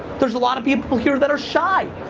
there's a lot of people here that are shy.